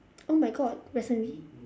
oh my god recently